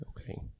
Okay